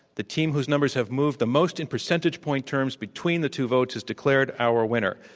the team whosenumbers have moved the most in percentage point terms between the two votes is declared our winner.